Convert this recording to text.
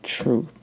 truth